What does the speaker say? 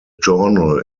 journal